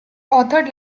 authored